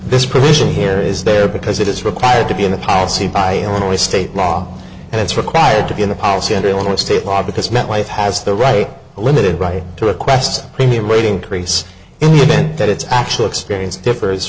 this provision here is there because it is required to be in the policy by illinois state law and it's required to be in the policy under illinois state law because met life has the right limited right to request a premium rate increase in the event that its actual experience differs